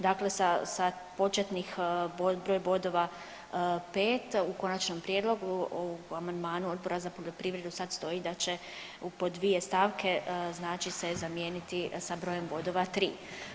Dakle, sa početnih broj bodova 5 u konačnom prijedlogu u amandmanu Odbora za poljoprivredu sad stoji da će po dvije stavke, znači se zamijeniti sa brojem bodova tri.